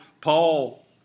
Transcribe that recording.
Paul